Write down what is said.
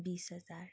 बिस हजार